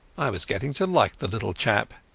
i was getting to like the little chap.